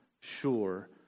sure